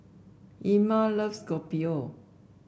Irma loves Kopi O